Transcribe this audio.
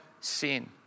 sin